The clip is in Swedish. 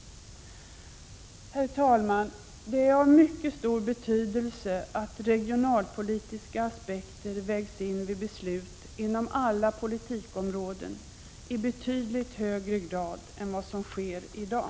Herr talman! Det är av mycket stor betydelse att regionalpolitiska aspekter vägs in vid beslut inom alla politikområden i betydligt högre grad än vad som sker i dag.